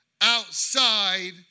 outside